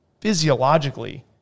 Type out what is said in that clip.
physiologically